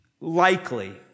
likely